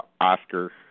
Oscar